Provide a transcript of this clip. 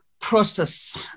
process